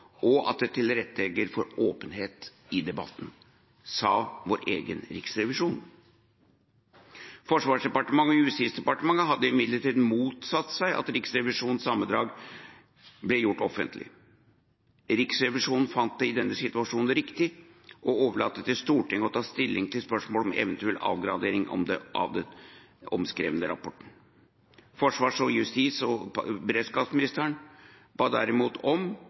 og at den tilrettelegger for åpenhet i debatten – sa vår egen riksrevisjon. Forsvarsdepartementet og Justisdepartementet hadde imidlertid motsatt seg at Riksrevisjonens sammendrag ble gjort offentlig. Riksrevisjonen fant det i denne situasjonen riktig å overlate til Stortinget å ta stilling til spørsmålet om eventuell avgradering av den omskrevne rapporten. Forsvarsministeren og justis- og beredskapsministeren ba derimot om